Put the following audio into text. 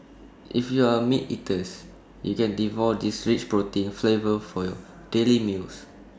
if you are A meat eaters you can devote this rich protein flavor for your daily meals